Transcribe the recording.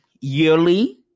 yearly